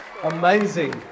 Amazing